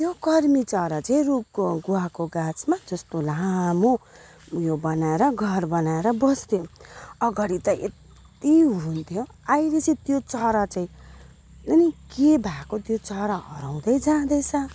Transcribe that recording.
त्यो कर्मीचरा चाहिँ रुखको गुवाको गाछमा कस्तो लामो ऊ यो बनाएर घर बनाएर बस्थ्यो अगाडि त यति हुन्थ्यो अहिले चाहिँ त्यो चरा चाहिँ अलिक के भएको त्यो चरा हराउँदै जाँदैछ